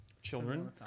Children